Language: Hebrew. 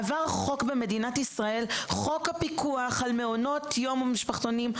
עבר חוק הפיקוח על מעונות יום ומשפחתונים במדינת ישראל,